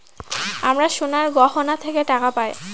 আমরা সোনার গহনা থেকে টাকা পায়